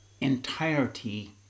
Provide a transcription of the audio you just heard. entirety